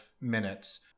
minutes